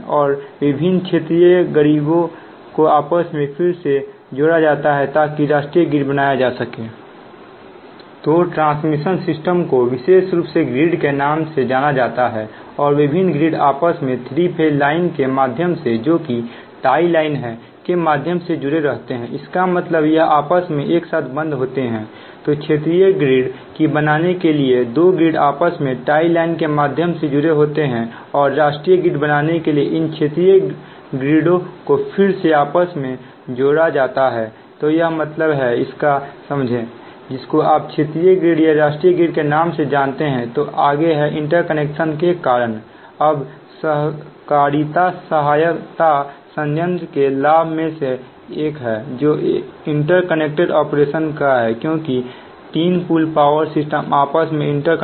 और विभिन्न क्षेत्रीय ग्रिड को आपस में फिर से जोड़ा जाता है ताकि राष्ट्रीय ग्रिड बनाया जा सके